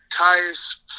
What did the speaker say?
Tyus